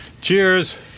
Cheers